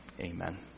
amen